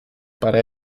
para